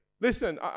Listen